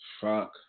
fuck